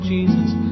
Jesus